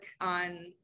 on